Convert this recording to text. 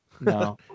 no